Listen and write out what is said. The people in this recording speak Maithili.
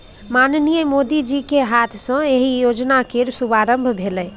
माननीय मोदीजीक हाथे एहि योजना केर शुभारंभ भेलै